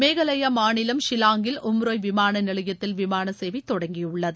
மேகாலயா மாநிலம் ஷில்லாங்கில் உம்ரோய் விமான நிலையத்தில் விமான சேவை தொடங்கியுள்ளது